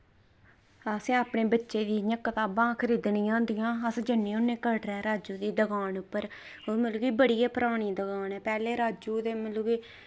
असें अपने बच्चे दियां इंया कताबां खरीदनियां होंदियां अस जन्ने होने कटरै राजू दी दुकान उप्पर ओह् मतलब कि बड़ी गै परानी दुकान ऐ पैह्लें मतलब की राजू दे मतलब कि